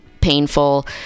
painful